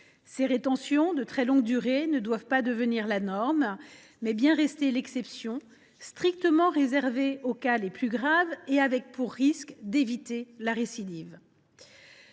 Ces rétentions de très longue durée doivent non pas devenir la norme, mais bien rester l’exception, strictement réservée aux cas les plus graves, avec pour but d’éviter la récidive.